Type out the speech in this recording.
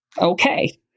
okay